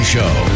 Show